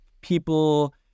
people